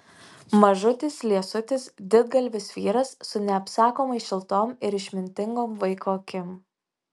mažutis liesutis didgalvis vyras su neapsakomai šiltom ir išmintingom vaiko akim